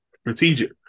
strategic